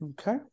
okay